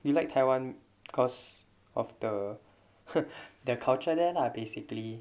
you like taiwan cause of the their culture there ah basically